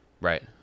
Right